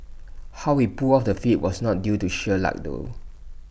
how he pulled off the feat was not due to sheer luck though